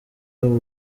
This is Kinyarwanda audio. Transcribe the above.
abo